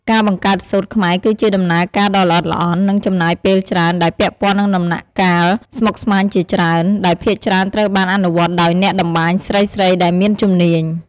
ការបង្កើតសូត្រខ្មែរគឺជាដំណើរការដ៏ល្អិតល្អន់ និងចំណាយពេលច្រើន ដែលពាក់ព័ន្ធនឹងដំណាក់កាលស្មុគស្មាញជាច្រើន ដែលភាគច្រើនត្រូវបានអនុវត្តដោយអ្នកតម្បាញស្រីៗដែលមានជំនាញ។